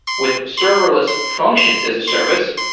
with serverless functions as a service,